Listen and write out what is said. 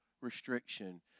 restriction